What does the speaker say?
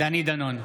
דני דנון,